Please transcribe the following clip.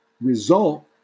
Result